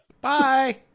Bye